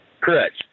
Correct